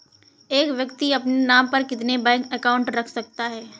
एक व्यक्ति अपने नाम पर कितने बैंक अकाउंट रख सकता है?